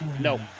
No